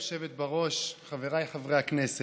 גברתי היושבת בראש, חבריי חברי הכנסת,